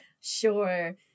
Sure